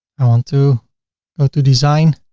i want to go to design,